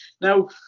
Now